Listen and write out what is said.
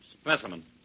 specimen